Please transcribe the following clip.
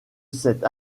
cette